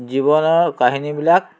জীৱনৰ কাহিনীবিলাক